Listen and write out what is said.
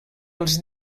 els